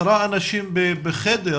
בין מבוגרים לילדים אלא בין אנשי הצוות באותם